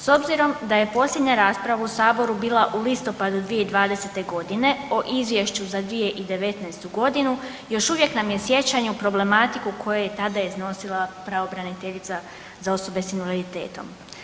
S obzirom da je posljednja rasprava u Saboru bila u listopadu 2020. g. o Izvješću za 2019. g., još uvijek nam je sjećanje u problematiku koje je tada iznosila pravobraniteljica za osobe invaliditetom.